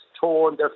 torn